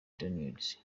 daniels